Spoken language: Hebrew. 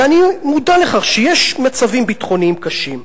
ואני מודע לכך שיש מצבים ביטחוניים קשים,